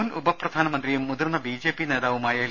മുൻ ഉപ പ്രധാനമന്ത്രിയും മുതിർന്ന ബി ജെ പി നേതാവുമായ എൽ